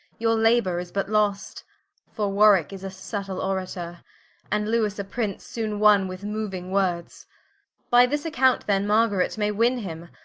your labour is but lost for warwicke is a subtle orator and lewis a prince soone wonne with mouing words by this account then, margaret may winne him,